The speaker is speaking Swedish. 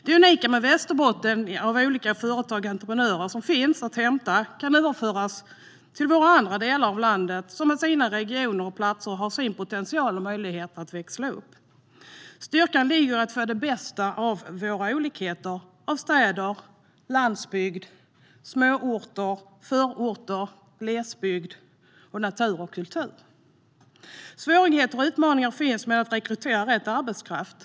Det unika med Västerbottens olika företag och entreprenörer kan överföras till andra delar av landet, som med sina regioner och platser har en potential och möjlighet att växla upp. Styrkan ligger i att få det bästa av de olikheter som finns i städer, landsbygd, småorter, förorter, glesbygd och natur och kultur. Svårigheter och utmaningar finns med att rekrytera rätt arbetskraft.